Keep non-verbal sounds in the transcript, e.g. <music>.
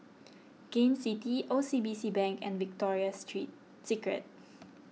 Gain City O C B C Bank and Victoria Street Secret <noise>